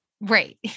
right